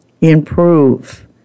Improve